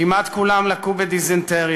כמעט כולם לקו בדיזנטריה,